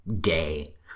day